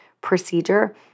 procedure